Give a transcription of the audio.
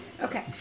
Okay